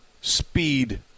speed